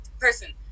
person